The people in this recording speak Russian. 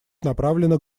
направлены